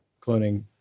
cloning